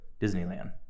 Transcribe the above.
disneyland